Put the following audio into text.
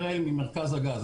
ממרכז הגז.